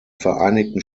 vereinigten